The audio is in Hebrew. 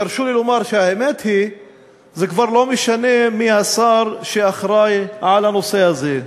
תרשו לי לומר שהאמת היא שכבר לא משנה מי השר שאחראי לנושא הזה,